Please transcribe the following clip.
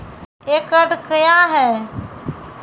एकड कया हैं?